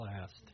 last